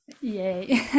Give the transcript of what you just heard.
Yay